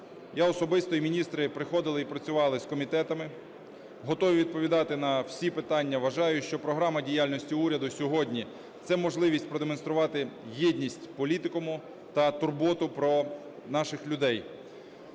Я особисто і міністри приходили і працювали з комітетами. Готовий відповідати на всі питання. Вважаю, що програма діяльності уряду сьогодні – це можливість продемонструвати єдність політикуму та турботу про наших людей.